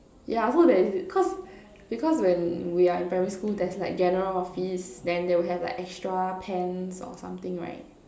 yeah so there is cause because when we are in primary school there is like general office then they will have like extra pants or something right